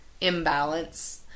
imbalance